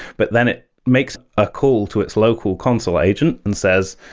but then it makes a call to its local consul agent and says,